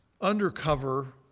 undercover